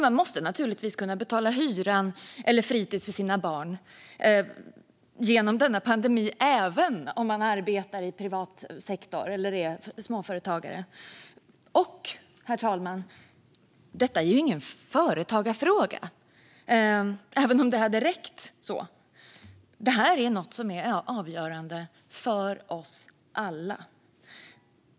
Man måste naturligtvis kunna betala hyran eller fritis för sina barn genom denna pandemi, även om man arbetar i privat sektor eller är småföretagare. Detta är ingen företagarfråga, herr talman, även om det hade räckt så. Det här är avgörande för oss alla.